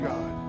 God